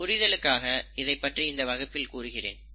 இருப்பினும் புரிதலுக்காக இதைப்பற்றி இந்த வகுப்பில் கூறுகிறேன்